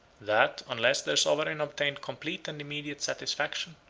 that, unless their sovereign obtained complete and immediate satisfaction,